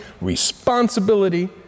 responsibility